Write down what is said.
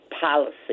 policy